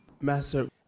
Master